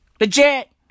Legit